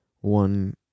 one